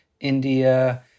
India